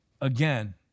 Again